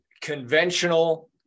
conventional